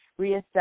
reassess